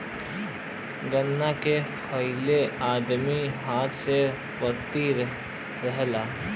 गन्ना के पहिले आदमी हाथ से पेरत रहल